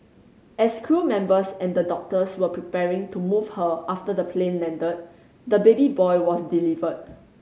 as crew members and the doctors were preparing to move her after the plane landed the baby boy was delivered